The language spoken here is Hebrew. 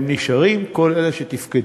הם נשארים, כל אלה שתפקדו